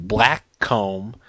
Blackcomb